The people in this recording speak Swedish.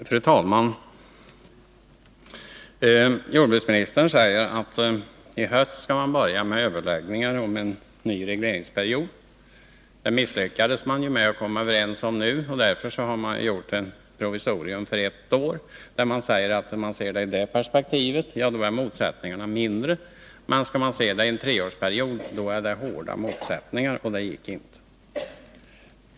Fru talman! Jordbruksministern säger att man i höst skall ta upp överläggningar om en ny regleringsperiod. Det lyckades man komma överens om. Därför har man nu ett provisorium för ett år. Man menar att om saken ses i det perspektivet, så framstår motsättningarna som mindre. Men skall man se det i ett perspektiv på tre år, då blir motsättningarna hårda. Det gick alltså inte.